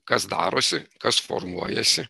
kas darosi kas formuojasi